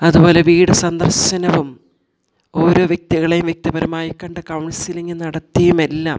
അതുപോലെ വീട് സന്ദർശനവും ഓരോ വ്യക്തികളെയും വ്യക്തിപരമായി കണ്ടു കൗൺസിലിംഗ് നടത്തിയുമെല്ലാം